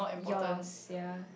yours yea